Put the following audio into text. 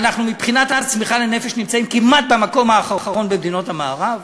שמבחינת הצמיחה לנפש אנחנו נמצאים כמעט במקום האחרון במדינות המערב.